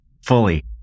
fully